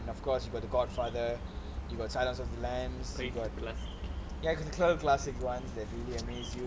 of course you got the godfather you got silence of the lambs ya you got the cult classics one that really amaze you